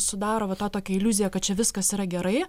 sudaro va tą tokią iliuziją kad čia viskas yra gerai